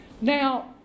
Now